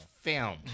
film